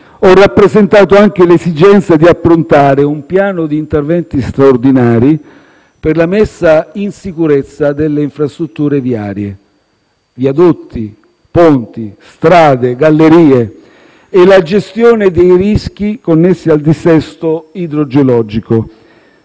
ho rappresentato anche l'esigenza di approntare un piano di interventi straordinari per la messa in sicurezza delle infrastrutture viarie (viadotti, ponti, strade, gallerie) e la gestione dei rischi connessi al dissesto idrogeologico.